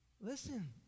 Listen